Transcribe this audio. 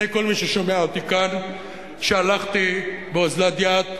כל מי ששומע אותי כאן שהלכתי באוזלת יד,